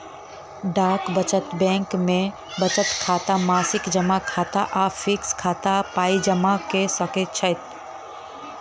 डाक बचत बैंक मे बचत खाता, मासिक जमा खाता आ फिक्स खाता मे पाइ जमा क सकैत छी